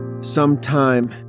Sometime